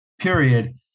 period